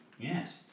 Yes